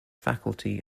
faculty